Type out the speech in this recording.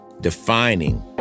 defining